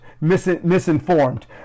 misinformed